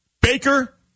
Baker